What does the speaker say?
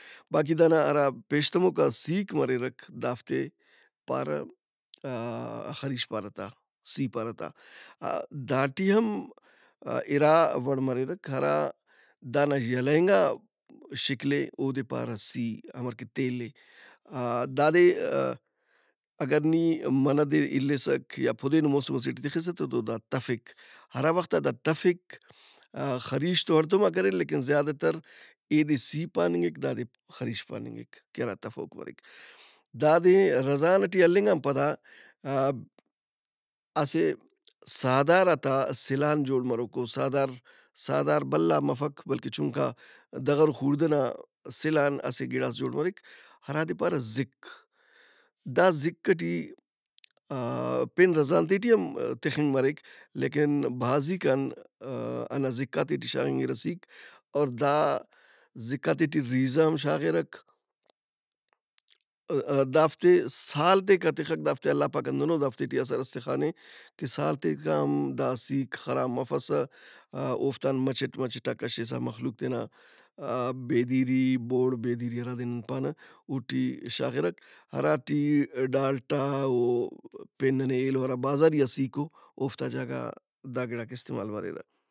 باقی دانا ہرا پیش تموکا سِیک مریرہ دافتے پارہ آ-ا خریش پارہ تا سِی پارہ تا۔ داٹی ہم اِراوڑ مریرہ۔ ہرا دانا یلہ انگا شکل اے اودے پارہ سِی ہمرکہ تیل اے۔ آ- دادے ا-ا- اگر نی منہ دے اِلّسک یا پُدینو موسم ئٹے ٹی تِخسہ تو دا تفک۔ ہرا وخت آ دا تفک خریش تو ہڑتوماک اریر لیکن زیادہ ترایدے سِی پاننگک دادے خریش پاننگک کہ ہرا تفوک مریک۔ دادے رزان ئٹی ہلنگ ان پدا اسہ سہدارات آ سِل آن جوڑ مروکوسہدار سہدار بھلا مفک بلکہ چھُنکا دغر و خُوڑدہ نا سِل آن اسہ گِڑاس جوڑ مریک ہرادے پارہ زِک۔ دا زِک ئٹی پین رزانتے ٹی ہم تخنگ مریک لیکن بھازی کن ہنّا زِکاتے ٹی شاغِنگرہ سِیک اور دا زِکاتے ٹی رِیزہ ہم شاغِرہ۔ دافتے سال تیکا تخک دافتے اللہ پاک ہندنو دافتے ٹی اثرئس تخانے کہ سال تیکام دا سِیک خراب مفسہ۔ اوفت ان مچٹ مچٹ آ کشسہ مخلوق تینا آ- بیدیری بوڑ بیدیری ہرادے نن پانہ اوٹی شاغِرہ۔ ہراٹی ڈالٹا او پین ننے ایلو ہرا بازاریئا سِیک اواوفتا جاگہ دا گڑاک استعمال مریرہ۔